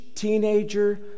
Teenager